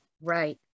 Right